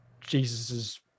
Jesus's